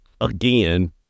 Again